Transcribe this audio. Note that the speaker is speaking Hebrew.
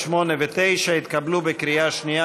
8 ו-9 התקבלו בקריאה שנייה,